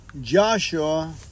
Joshua